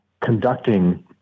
conducting